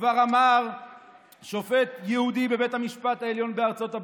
כבר אמר שופט יהודי בבית המשפט העליון בארצות הברית,